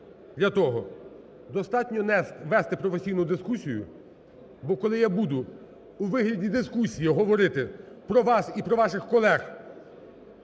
для того достатньо вести професійну дискусію, бо коли я буду у вигляді дискусії говорити про вас і про ваших колег